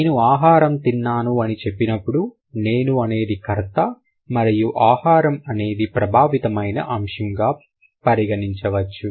నేను ఆహారం తిన్నాను అని చెప్పినప్పుడు నేను అనేది కర్త మరియు ఆహారం అనేది ప్రభావితమైన అంశం గా పరిగణించవచ్చు